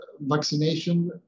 Vaccination